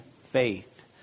faith